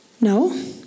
No